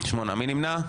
מי נמנע?